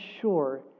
sure